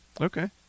Okay